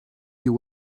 you